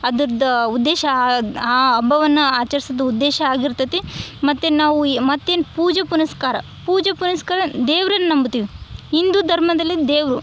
ಅದ್ರದ್ದು ಉದ್ದೇಶ ಆ ಹಬ್ಬವನ್ನ ಆಚರ್ಸ್ದು ಉದ್ದೇಶ ಆಗಿರ್ತೈತಿ ಮತ್ತು ನಾವು ಈ ಮತ್ತೇನು ಪೂಜೆ ಪುನಸ್ಕಾರ ಪೂಜೆ ಪುನಸ್ಕಾರ ದೇವ್ರನ್ನ ನಂಬ್ತೀವಿ ಹಿಂದೂ ಧರ್ಮದಲ್ಲಿ ದೇವರು